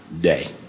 day